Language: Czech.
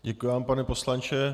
Děkuji vám, pane poslanče.